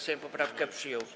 Sejm poprawkę przyjął.